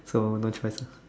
so no choice lah